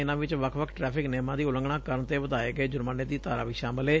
ਇਨੂਾਂ ਵਿਚ ਵੱਖ ਵੱਖ ਟ੍ਟੈਫਿਕ ਨਿਯਮਾਂ ਦੀ ਉਲੰਘਣਾ ਕਰਨ ਤੇ ਵਧਾਏ ਗਏ ਜੁਰਮਾਨੇ ਦੀ ਧਾਰਾ ਵੀ ਸ਼ਾਮਲ ਏ